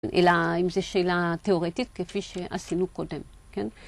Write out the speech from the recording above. אלא אם זו שאלה תיאורטית כפי שעשינו קודם, כן?